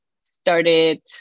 started